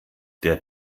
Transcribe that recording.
der